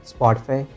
Spotify